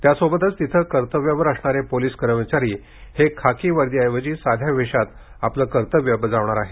त्यासोबतच तिथे कर्तव्यावर असणारे पोलीस कर्मचारी हे खाकीवर्दी पेक्षा साध्या वेषात आपले कर्तव्य बजावणार आहेत